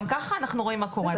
גם ככה אנחנו רואים מה קורה,